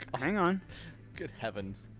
ah hang on good heavens